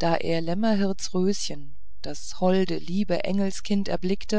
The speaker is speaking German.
da er lämmerhirts röschen das holde liebe engelskind erblickt